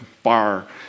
Bar